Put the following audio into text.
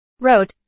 wrote